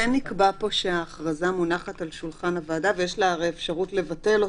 כן נקבע פה שההכרזה מונחת על שולחן הוועדה ויש לה הרי אפשרות לבטל אותה.